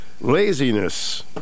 Laziness